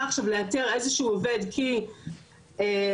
לדוגמה לא מזמן היה איזה הליך משפטי כלשהו,